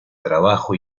trabajo